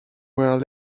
were